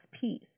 piece